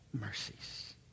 mercies